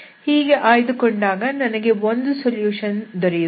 ಹೀಗೆ ಆಯ್ದುಕೊಂಡಾಗ ನನಗೆ ಒಂದು ಸೊಲ್ಯೂಷನ್ ದೊರೆಯುತ್ತದೆ